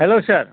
hello sir